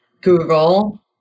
Google